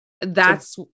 that's-